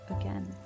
again